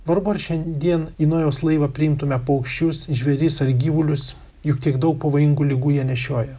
vargu ar šiandien į nojaus laivą priimtume paukščius žvėris ar gyvulius juk tiek daug pavojingų ligų jie nešioja